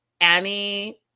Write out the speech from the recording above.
Annie